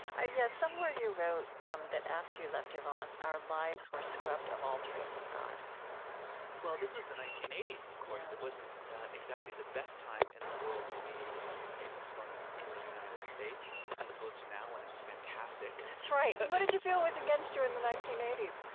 ah yeah, somewhere you wrote um that after you left iran, our lives were scrubbed of all trace of god well, this was the nineteen eighty s, of course yeah it wasn't exactly the best time in the world to be a muslim in the united states, as opposed to now, when it's fantastic that's right. what did you feel was against you in the nineteen eighty s?